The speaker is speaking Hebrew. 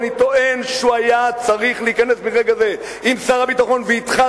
ואני טוען שהוא היה צריך להיכנס ברגע זה עם שר הביטחון ואתך,